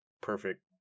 perfect